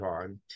time